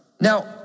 Now